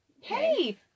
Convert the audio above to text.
Hey